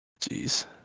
Jeez